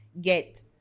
get